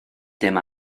dim